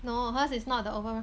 no hers is not the over~